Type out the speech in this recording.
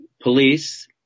police